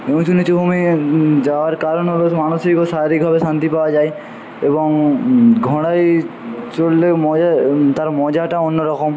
উঁচু নীচু ভূমি যাওয়ার কারণ হলো মানসিক ও শারীরিকভাবে শান্তি পাওয়া যায় এবং ঘোড়ায় চড়লেও মজা তার মজাটা অন্যরকম